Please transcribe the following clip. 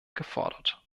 gefordert